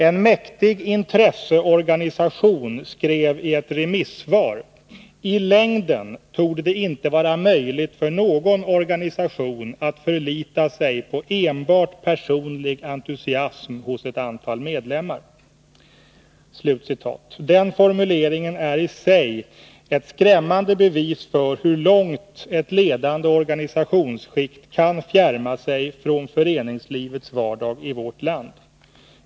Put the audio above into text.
En mäktig intresseorganisation skrev i ett remissvar: ”I längden torde det inte vara möjligt för någon organisation att förlita sig på enbart personlig entusiasm hos ett antal medlemmar.” Den formuleringen är i sig ett skrämmande bevis för hurlångt ett ledande organisationsskikt kan fjärma sig från föreningslivets vardag i vårt land.